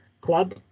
club